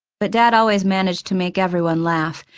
but dad always managed to make everyone laugh.